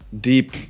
Deep